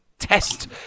Test